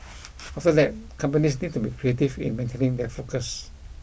after that companies need to be creative in maintaining their focus